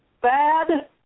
Bad